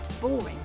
boring